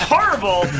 Horrible